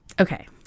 okay